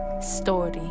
story